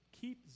keep